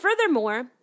Furthermore